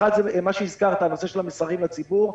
האחת היא מה שהזכרת, הנושא של המסרים לציבור.